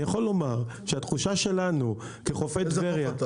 אני יכול לומר שהתחושה שלנו כחופי טבריה --- איזה חוף אתה?